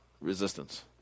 resistance